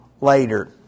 later